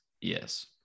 Yes